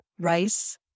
rice